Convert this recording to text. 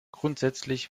grundsätzlich